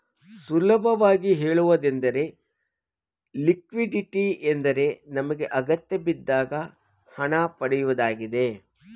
ಸುಲಭವಾಗಿ ಹೇಳುವುದೆಂದರೆ ಲಿಕ್ವಿಡಿಟಿ ಎಂದರೆ ನಮಗೆ ಅಗತ್ಯಬಿದ್ದಾಗ ಹಣ ಪಡೆಯುವುದಾಗಿದೆ